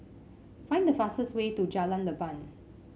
find the fastest way to Jalan Leban